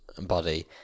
body